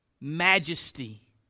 majesty